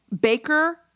baker